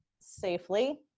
safely